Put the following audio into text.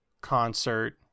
concert